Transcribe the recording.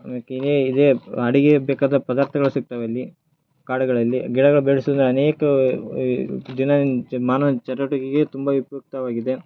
ಆಮ್ಯಾಕೆ ಇದೇ ಇದೇ ಅಡಿಗೆಗೆ ಬೇಕಾದ ಪದಾರ್ಥಗಳು ಸಿಕ್ತವೆ ಅಲ್ಲಿ ಕಾಡುಗಳಲ್ಲಿ ಗಿಡಗಳ ಬೆಳೆಸುದು ಅನೇಕ ಈ ದಿನ ಮಾನವ ಚಟುವಟಿಕೆಗೆ ತುಂಬಾ ಉಪ್ಯುಕ್ತವಾಗಿದೆ